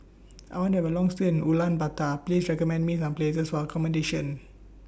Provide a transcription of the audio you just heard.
I want to Have A Long stay in Ulaanbaatar Please recommend Me Some Places For accommodation